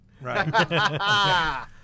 right